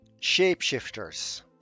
shapeshifters